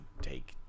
take –